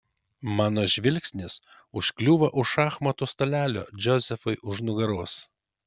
mano žvilgsnis užkliūva už šachmatų stalelio džozefui už nugaros